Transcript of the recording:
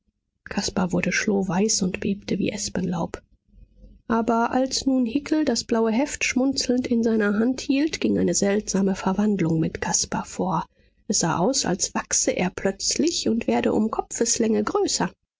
caspar wurde schlohweiß und bebte wie espenlaub aber als nun hickel das blaue heft schmunzelnd in seiner hand hielt ging eine seltsame verwandlung mit caspar vor es sah aus als wachse er plötzlich und werde um kopfeslänge größer